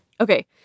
Okay